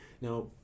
now